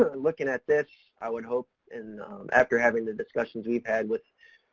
ah looking at this, i would hope and after having the discussions we've had with,